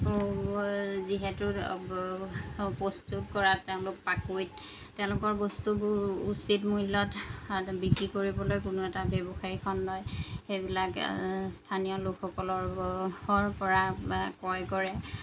যিহেতু প্ৰস্তুত কৰাত তেওঁলোক পাকৈত তেওঁলোকৰ বস্তুবোৰ উচিত মূল্যত বিক্ৰী কৰিবলৈ কোনো এটা ব্যৱসায়িক খণ্ডই সেইবিলাক স্থানীয় লোকসকলৰ পৰা ক্ৰয় কৰে